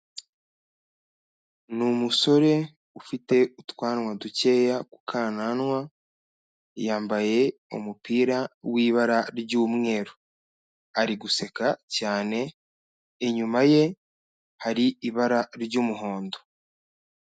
Ni umusore ufite utwanwa dukeya kukananwa, yambaye umupira w'ibara ry'umweru. Ari guseka cyane, inyuma ye hari ibara ry'umuhondo.